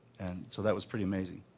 so that was pretty amazing.